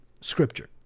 scripture